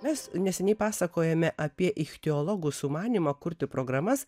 mes neseniai pasakojome apie ichtiologų sumanymą kurti programas